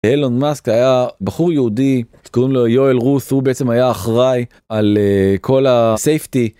אילון מאסק היה בחור יהודי קוראים לו יואל רוס הוא בעצם היה אחראי על כל ה safety.